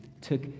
took